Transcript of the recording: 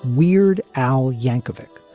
weird al yankovic,